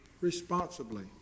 responsibly